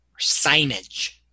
signage